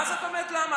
מה זאת אומרת למה?